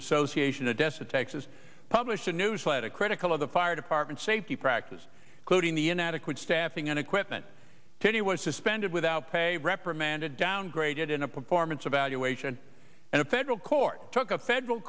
association adesa texas published a newsletter critical of the fire department safety practices including the inadequate staffing and equipment today was suspended without pay reprimanded downgraded in a performance evaluation and a federal court took a federal